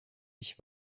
ich